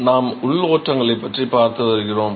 நாம் உள் ஓட்டங்களைப் பற்றி பார்த்து வருகிறோம்